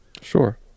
Sure